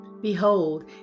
Behold